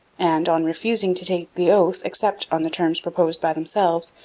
and, on refusing to take the oath except on the terms proposed by themselves,